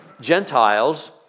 Gentiles